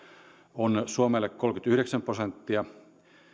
on suomelle kolmekymmentäyhdeksän prosenttia